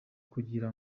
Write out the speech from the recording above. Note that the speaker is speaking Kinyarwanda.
kugira